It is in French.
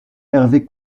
hervé